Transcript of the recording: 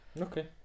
Okay